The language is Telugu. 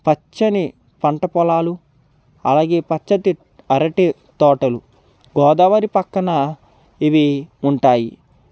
పచ్చని పంట పొలాలు అలాగే పచ్చటి అరటి తోటలు గోదావరి పక్కన ఇవి ఉంటాయి